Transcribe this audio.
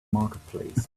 marketplace